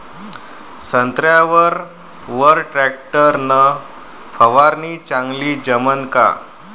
संत्र्यावर वर टॅक्टर न फवारनी चांगली जमन का?